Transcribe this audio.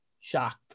Shocked